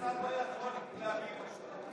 השר לא יכול להגיב עכשיו.